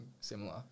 similar